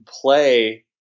play